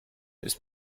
ist